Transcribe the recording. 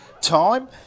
time